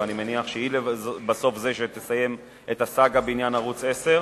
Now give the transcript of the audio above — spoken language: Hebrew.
ואני מניח שבסוף היא שתסיים את הסאגה בעניין ערוץ-10,